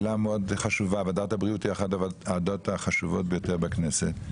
ועדת הבריאות היא אחת הוועדות החשובות ביותר בכנסת.